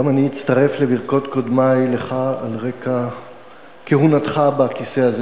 גם אני מצטרף לברכות קודמי לך על רקע כהונתך בכיסא הזה.